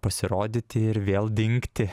pasirodyti ir vėl dingti